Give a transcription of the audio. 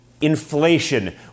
inflation